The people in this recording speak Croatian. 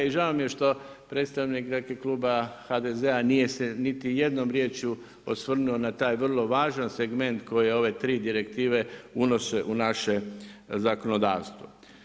I žao mi je što predstavnik, dakle kluba HDZ-a nije se niti jednom riječju osvrnuo na taj vrlo važan segment koje ove tri direktive unose u naše zakonodavstvo.